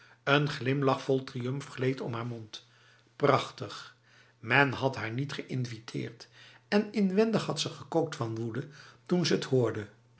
n glimlach vol triumf gleed om haar mond prachtig men had haar niet geïnviteerd en inwendig had ze gekookt van woede toen ze het hoorde